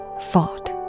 fought